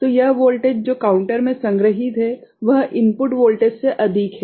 तो यह वोल्टेज जो काउंटर में संग्रहीत है वह इनपुट वोल्टेज से अधिक है